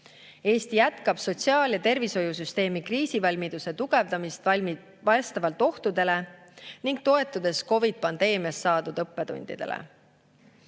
Eesti jätkab sotsiaal- ja tervishoiusüsteemi kriisivalmiduse tugevdamist vastavalt ohtudele ning toetudes COVID-i pandeemiast saadud õppetundidele.